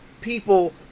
people